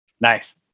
Nice